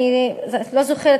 אני לא זוכרת,